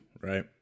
Right